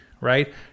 right